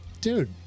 dude